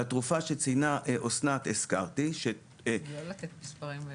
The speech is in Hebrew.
לתרופה שציינה אסנת, CAR T --- לא לתת נתונים.